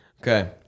Okay